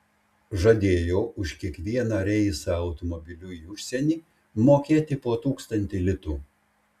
žadėjo už kiekvieną reisą automobiliu į užsienį mokėti po tūkstantį litų